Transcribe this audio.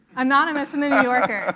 anonymous and new yorker.